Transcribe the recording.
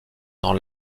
dans